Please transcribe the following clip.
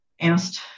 asked